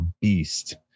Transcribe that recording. beast